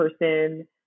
person